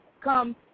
come